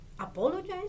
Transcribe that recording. apologize